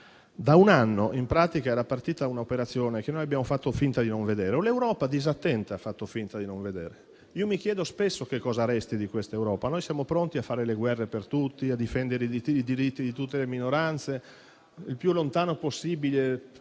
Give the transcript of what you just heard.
Da un anno, in pratica, era partita un'operazione che noi - o l'Europa disattenta - abbiamo fatto finta di non vedere. Mi chiedo spesso che cosa resti di questa Europa, noi siamo pronti a fare le guerre per tutti, a difendere i diritti di tutte le minoranze, se possibile